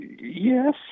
Yes